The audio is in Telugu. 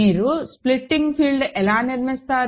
మీరు స్ప్లిటింగ్ ఫీల్డ్ ఎలా నిర్మిస్తారు